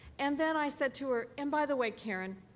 and then i said to her, and by the way, karen,